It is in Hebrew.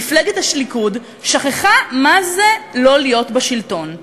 מפלגת הליכוד שכחה מה זה לא להיות בשלטון.